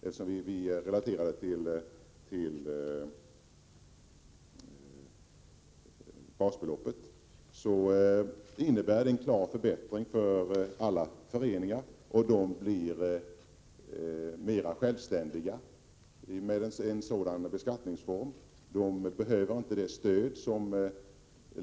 Värderelateringen till basbeloppet innebär en klar förbättring för alla ideella föreningar, som med en sådan beskattningsform blir mera självständiga.